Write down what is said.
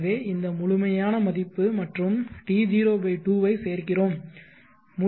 எனவே இந்த முழுமையான மதிப்பு மற்றும் T0 2 ஐ சேர்க்கிறோம்